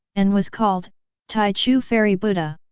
and was called tai chu fairy buddha.